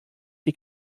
die